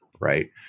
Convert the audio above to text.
right